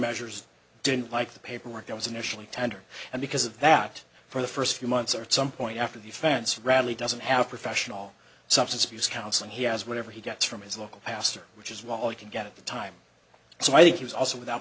measures didn't like the paperwork it was initially tender and because of that for the first few months or some point after the offense radley doesn't have professional substance abuse counseling he has whatever he gets from his local pastor which is while he can get the time so i think he was also without